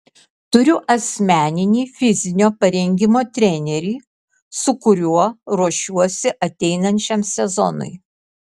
turiu asmeninį fizinio parengimo trenerį su kuriuo ruošiuosi ateinančiam sezonui